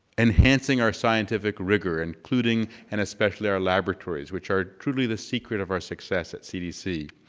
enhancing our scientific rigor including and especially our laboratories which are truly the secret of our success at cdc.